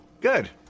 Good